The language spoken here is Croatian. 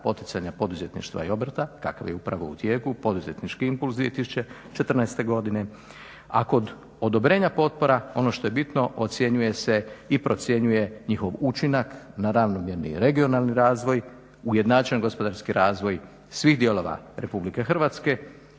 poticanja poduzetništva i obrta kakav je upravo u tijeku, poduzetnički impuls 2014. godine, a kod odobrenja potpora ono što je bitno ocjenjuje se i procjenjuje njihov učinak na ravnomjerni regionalni razvoj, ujednačen gospodarski razvoj svih dijelova Republike Hrvatske,